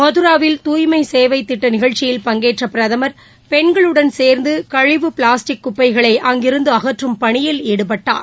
மதராவில் தூய்மை சேவை திட்ட நிகழ்ச்சியில் பங்கேற்ற பிரதமர் பெள்களுடன் சேர்ந்து கழிவு பிளாஸ்டிக் குப்பைகளை அங்கிருந்து அகற்றும் பணியில் ஈடுபட்டார்